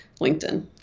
LinkedIn